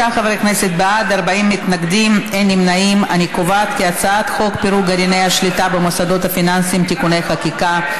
הצעת חוק פירוק גרעיני השליטה במוסדות הפיננסיים (תיקוני חקיקה),